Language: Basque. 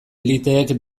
eliteek